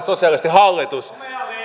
sosialistihallitus